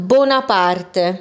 Bonaparte